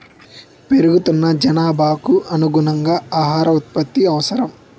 పెరుగుతున్న జనాభాకు అనుగుణంగా ఆహార ఉత్పత్తి అవసరం